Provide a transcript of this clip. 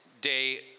day